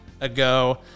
ago